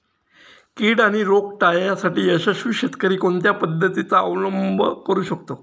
कीड आणि रोग टाळण्यासाठी यशस्वी शेतकरी कोणत्या पद्धतींचा अवलंब करू शकतो?